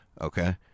Okay